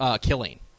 Killing